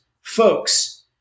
folks